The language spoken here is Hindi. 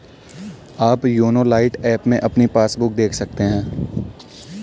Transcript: आप योनो लाइट ऐप में अपनी पासबुक देख सकते हैं